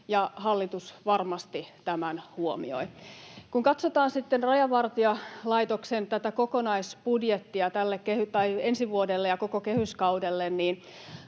hallitus varmasti tämän huomioi. Kun katsotaan sitten Rajavartiolaitoksen kokonaisbudjettia ensi vuodelle ja koko kehyskaudelle,